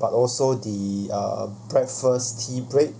but also the uh breakfast tea break